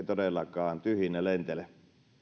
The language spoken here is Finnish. todellakaan tyhjinä lentele